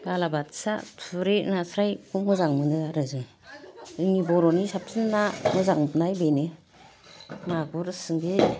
बालाबाथिया थुरि नास्रायखौ मोजां मोनो आरो जों जोंनि बर' नि साबसिन ना मोजां मोननाय बेनो मागुर सिंगि